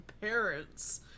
parents